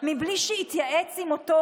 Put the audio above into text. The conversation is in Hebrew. אינה נוכחת יעקב מרגי,